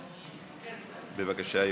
אחד, בבקשה.